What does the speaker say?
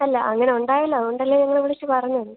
അല്ല അങ്ങനെ ഉണ്ടായല്ലോ അതുകൊണ്ടല്ലേ നിങ്ങളെ വിളിച്ച് പറഞ്ഞത്